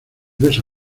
beso